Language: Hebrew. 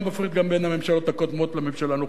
לא מפריד גם בין הממשלות הקודמות לממשלה הנוכחית.